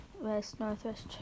west-northwest